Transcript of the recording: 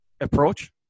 approach